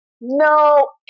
No